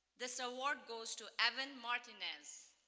this award goes to evan martinez.